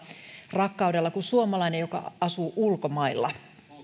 rakkaudella kuin suomalainen joka asuu ulkomailla